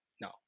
no